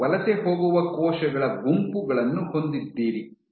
ನೀವು ವಲಸೆ ಹೋಗುವ ಕೋಶಗಳ ಗುಂಪುಗಳನ್ನು ಹೊಂದಿದ್ದೀರಿ